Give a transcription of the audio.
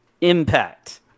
Impact